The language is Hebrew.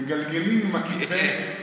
מגלגלים עם כתבי העת.